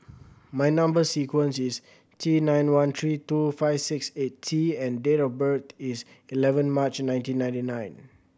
my number sequence is T nine one three two five six eight T and date of birth is eleven March nineteen ninety nine